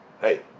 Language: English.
Hey